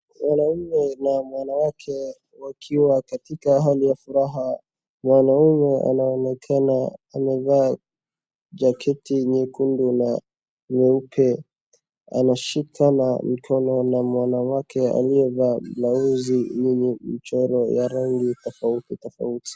Mwanaume na mwanawake wakiwa katika hali ya furaha. Mwanaume anaonekana amevaa jaketi nyekundu na nyeupe. Anashika na mkono na mwanawake aliyevaa blauzi yenye mchoro ya rangi tofauti tofauti.